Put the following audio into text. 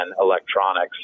electronics